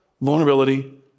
vulnerability